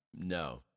No